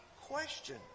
question